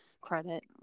credit